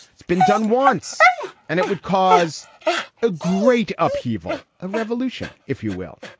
it's been done once and it would cause a great upheaval, a revolution, if you will.